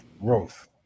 Growth